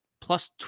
plus